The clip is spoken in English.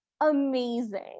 amazing